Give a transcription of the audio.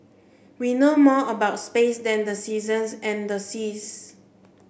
we know more about space than the seasons and the seas